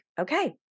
okay